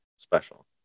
Special